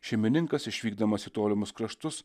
šeimininkas išvykdamas į tolimus kraštus